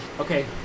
okay